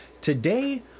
today